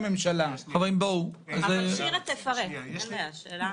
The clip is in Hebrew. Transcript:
אותה ממשלה חשבה שננסה את הדבר הזה ונראה איך זה עובד.